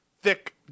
Thick